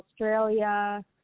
Australia